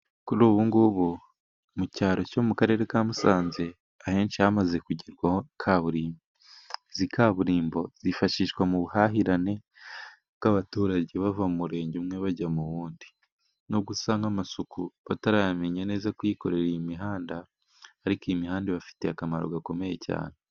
Kuri ubu ngubu mu cyaro cyo mu karere ka Musanze ahenshi hamaze kugerwaho kaburimbo, izi kaburimbo zifashishwa mu buhahirane bw'abaturage bava mu murenge umwe bajya mu wundi, nubwo usanga amasuku batarayamenya neza kuyakorera iyi imihanda, ariko ni imihanda ibafitiye akamaro gakomeye cyane.